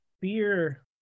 fear